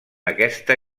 aquesta